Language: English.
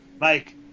Mike